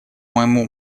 моему